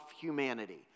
humanity